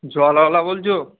জলওয়ালা বলছো